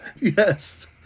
Yes